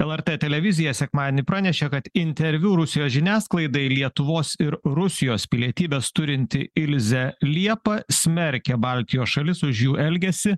lrt televizija sekmadienį pranešė kad interviu rusijos žiniasklaidai lietuvos ir rusijos pilietybes turinti ilzė liepa smerkia baltijos šalis už jų elgesį